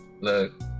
look